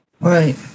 Right